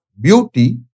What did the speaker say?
beauty